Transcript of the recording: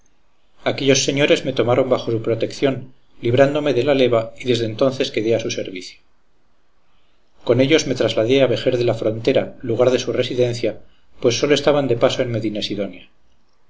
aquellos señores me tomaron bajo su protección librándome de la leva y desde entonces quedé a su servicio con ellos me trasladé a vejer de la frontera lugar de su residencia pues sólo estaban de paso en